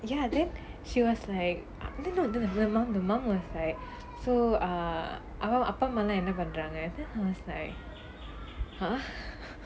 ya then she was like no the mum the mum was like so err அவ அப்பா அம்மாலாம் என்ன பண்றாங்க:ava appa ammalaam enna pandraanga then I was like !huh!